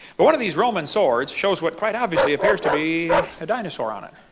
but one of these roman swords shows what quite obviously appears to be a dinosaur on it.